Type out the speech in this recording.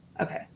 okay